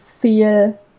feel